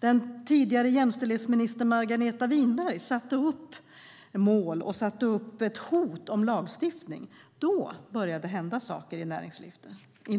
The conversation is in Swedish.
Den tidigare jämställdhetsministern Margareta Winberg satte upp mål och ett hot om lagstiftning. Då började det hända saker i